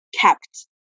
kept